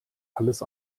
alles